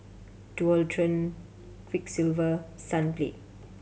Dualtron Quiksilver Sunplay